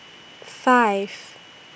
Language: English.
five